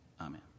Amen